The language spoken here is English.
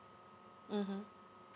mmhmm